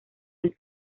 del